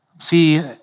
See